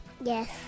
Yes